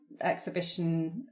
exhibition